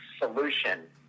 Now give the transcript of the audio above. solution